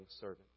servant